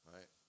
Right